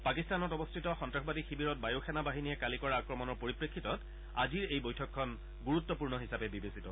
পাকিস্তানত অৱস্থিত সন্ত্ৰাসবাদীৰ শিবিৰত বায়ু সেনা বাহিনীয়ে কালি কৰা আক্ৰমণৰ পৰিপ্ৰেক্ষিতত আজিৰ এই বৈঠকখন গুৰুত্বপূৰ্ণ হিচাপে বিবেচিত হৈছে